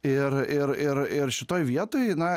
ir ir ir ir šitoj vietoj na